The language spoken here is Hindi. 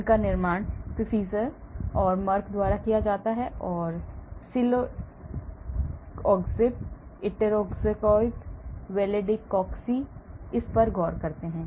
इनका निर्माण Pfizer and Merck आदि द्वारा किया जाता है और celecoxib etoricoxib valdecoxi इस पर गौर करते हैं